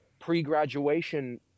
pre-graduation